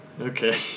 Okay